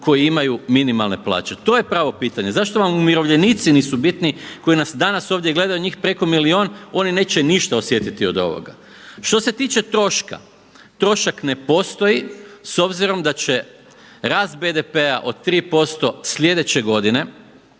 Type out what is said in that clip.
koji imaju minimalne plaće? To je pravo pitanje, zašto vam umirovljenici nisu bitni koji nas danas ovdje gledaju njih preko milijun, oni neće ništa osjetiti od ovoga. Što se tiče troška, trošak ne postoji s obzirom da će rast BDP-a od 3% slijedeće godine